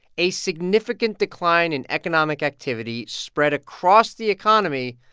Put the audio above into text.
a significant decline in economic activity spread across the economy,